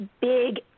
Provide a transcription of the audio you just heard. big